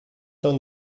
owned